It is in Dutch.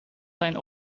zijn